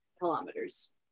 kilometers